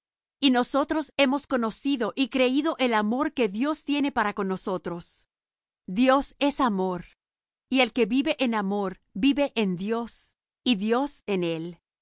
y nosotros hemos conocido y creído el amor que dios tiene para con nosotros dios es amor y el que vive en amor vive en dios y dios en él